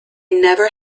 never